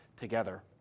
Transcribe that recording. together